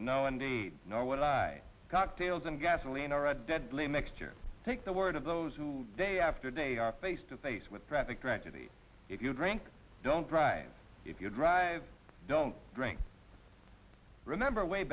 no indeed no what i cocktails and gasoline are a deadly mixture take the word of those who day after day are face to face with graphic tragedy if you drink don't drive if you drive don't drink remember way